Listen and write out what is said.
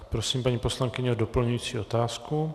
Prosím, paní poslankyně, o doplňující otázku.